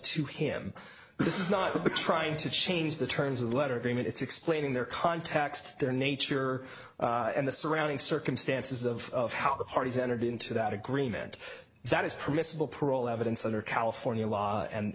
to him this is not trying to change the terms of the letter agreement it's explaining their context their nature and the surrounding circumstances of how the parties entered into that agreement that is permissible parole evidence under california law and